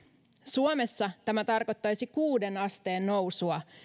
suomessa tämä tarkoittaisi kuuteen asteen nousua